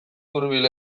hurbil